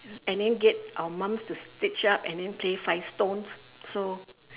and then get our mums to stitch up and then play five stones so